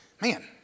Man